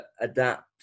adapt